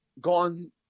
gone